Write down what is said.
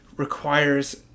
requires